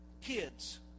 kids